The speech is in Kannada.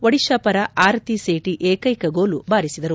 ಒಡಿತಾ ಪರ ಆರತಿ ಸೇಟಿ ಏಕ್ಷೆಕ ಗೋಲು ಬಾರಿಸಿದರು